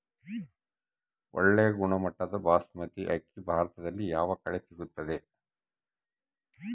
ಒಳ್ಳೆ ಗುಣಮಟ್ಟದ ಬಾಸ್ಮತಿ ಅಕ್ಕಿ ಭಾರತದಲ್ಲಿ ಯಾವ ಕಡೆ ಸಿಗುತ್ತದೆ?